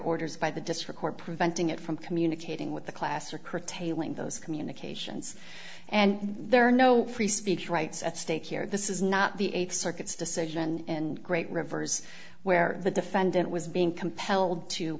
orders by the district court preventing it from communicating with the class or curtailing those communications and there are no free speech rights at stake here this is not the eight circuits decision and great rivers where the defendant was being compelled to